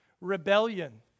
rebellion